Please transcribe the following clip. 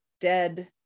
dead